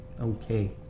Okay